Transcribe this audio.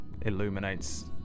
illuminates